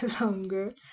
longer